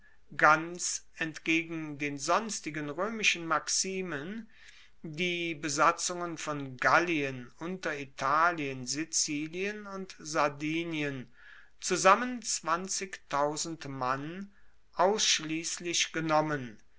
ganz entgegen den sonstigen roemischen maximen die besatzungen von gallien unteritalien sizilien und sardinien zusammen mann ausschliesslich genommen